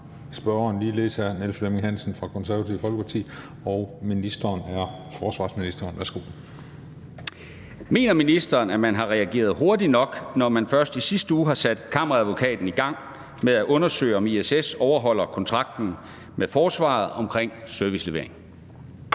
Spm. nr. S 480 17) Til forsvarsministeren af: Niels Flemming Hansen (KF): Mener ministeren, at man har reageret hurtigt nok, når man først i sidste uge har sat Kammeradvokaten i gang med at undersøge, om ISS overholder kontrakten med Forsvaret om servicelevering?